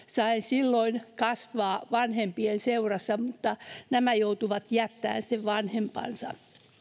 sain itse silloin kasvaa vanhempien seurassa mutta nämä joutuivat jättämään vanhempansa